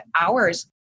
hours